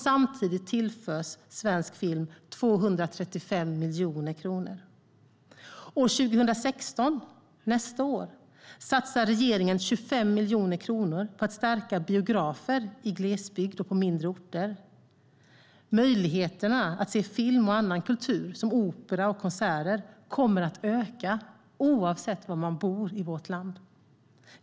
Samtidigt tillförs svensk film 235 miljoner kronor. År 2016, nästa år, satsar regeringen 25 miljoner kronor på att stärka biografer i glesbygd och på mindre orter. Möjligheterna att se film och annan kultur som opera och konserter kommer att öka oavsett var man bor i vårt land.